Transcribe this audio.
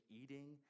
eating